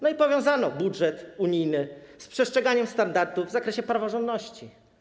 No i powiązano budżet unijny z przestrzeganiem standardów w zakresie praworządności.